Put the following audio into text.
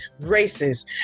races